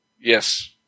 Yes